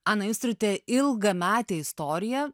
ana jūs turite ilgametę istoriją